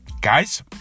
guys